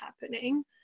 happening